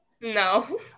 no